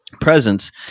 presence